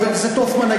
חבר הכנסת הופמן,